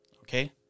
Okay